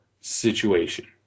situation